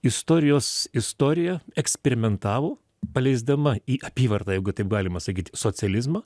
istorijos istorija eksperimentavo paleisdama į apyvartą jeigu taip galima sakyti socializmą